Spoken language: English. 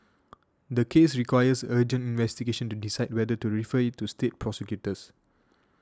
the case requires urgent investigation to decide whether to refer it to state prosecutors